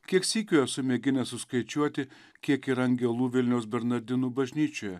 kiek sykių esu mėginęs suskaičiuoti kiek yra angelų vilniaus bernardinų bažnyčioje